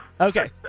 Okay